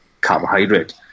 carbohydrate